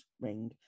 ring